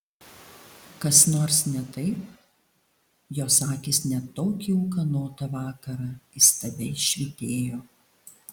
kas nors ne taip jos akys net tokį ūkanotą vakarą įstabiai švytėjo